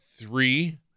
three